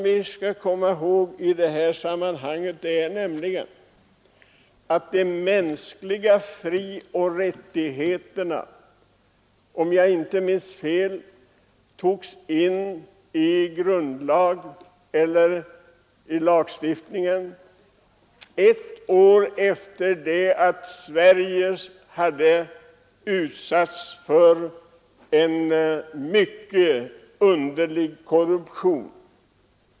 Vi skall komma ihåg i sammanhanget att de mänskliga frioch rättigheterna togs in i lagstiftningen ett år efter det att Sverige hade utsatts för en mycket underlig korruption.